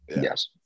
Yes